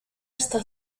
está